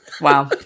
Wow